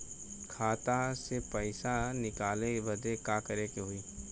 खाता से पैसा निकाले बदे का करे के होई?